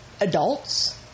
adults